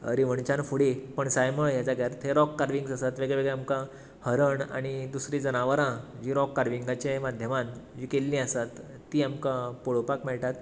रिवोणच्यान फुडें पण्सायमुळे ह्या जाग्यार थंय राॅक कार्विंग्स आसात थंय वेगवेगळे आमकां हरण आनी दुसरीं जनावरां जी राॅक कार्विंगाचे माध्यमान जीं केल्ली आसात तीं आमकां पळोवपाक मेळटात